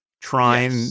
trying